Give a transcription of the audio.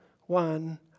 one